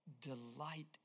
delight